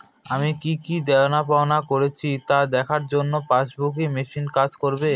আমি কি কি দেনাপাওনা করেছি তা দেখার জন্য পাসবুক ই মেশিন কাজ করবে?